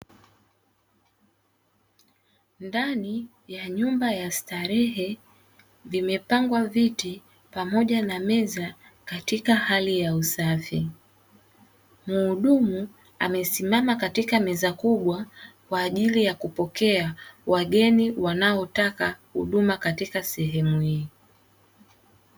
Ndani ya nyumba ya starehe vimepangwa viti pamoja na meza katika hali ya usafi; mhudumu amesimama katika meza kubwa kwa ajili ya kupokea wageni wanaotaka huduma katika sehemu hii.